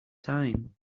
time